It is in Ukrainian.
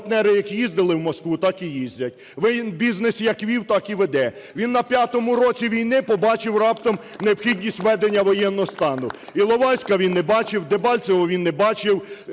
Він на п'ятому році війни побачив раптом необхідність введення воєнного стану: Іловайська він не бачив, Дебальцевого він не бачив,